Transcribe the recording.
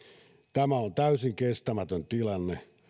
tämä on täysin kestämätön tilanne